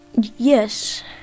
Yes